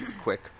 quick